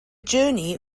journey